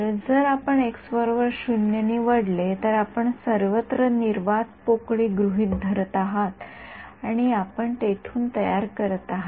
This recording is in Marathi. हो तर जर आपण एक्स 0 निवडले तर आपण सर्वत्र निर्वात पोकळी गृहित धरत आहात आणि आपण तेथून तयार करत आहात